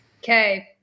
Okay